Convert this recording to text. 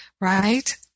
Right